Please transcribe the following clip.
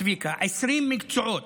צביקה, 20 מקצועות.